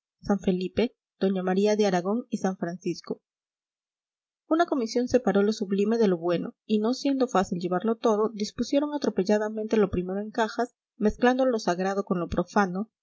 san felipe doña maría de aragón y san francisco una comisión separó lo sublime de lo bueno y no siendo fácil llevarlo todo dispusieron atropelladamente lo primero en cajas mezclando lo sagrado con lo profano